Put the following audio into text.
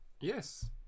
yes